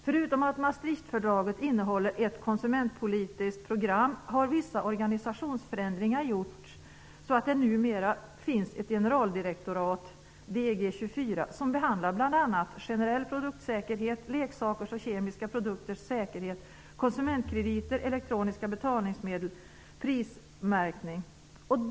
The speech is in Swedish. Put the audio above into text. Förutom att Maastrichtfördraget innehåller ett konsumentpolitiskt program har vissa organisationsförändringar gjorts så att det numera finns ett generaldirektorat, DG XXIV, som behandlar bl.a. generell produktsäkerhet, leksakers och kemiska produkters säkerhet, konsumentkrediter, elektroniska betalningsmedel och prismärkning.